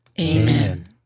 Amen